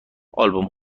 آلبوم